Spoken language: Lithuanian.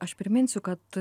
aš priminsiu kad